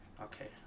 Okay